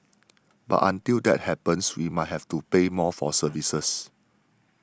but until that happens we might have to pay more for services